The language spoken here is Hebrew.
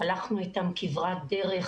הלכנו איתם כברת דרך,